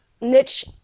niche